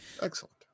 Excellent